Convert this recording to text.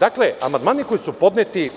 Dakle, amandmani koji su podneti,